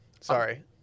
Sorry